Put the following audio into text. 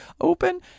open